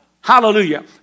Hallelujah